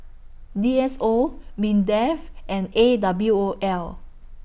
D S O Mindef and A W O L